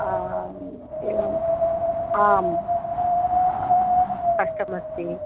एव आं कष्टमस्ति